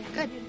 Good